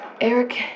Eric